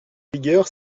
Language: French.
vigueur